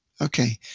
okay